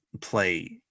play